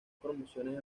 promociones